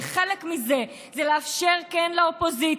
וחלק מזה זה כן לאפשר לאופוזיציה,